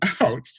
out